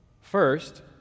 First